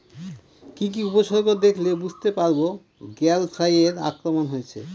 কি কি উপসর্গ দেখলে বুঝতে পারব গ্যাল ফ্লাইয়ের আক্রমণ হয়েছে?